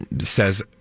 says